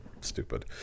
stupid